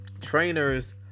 trainers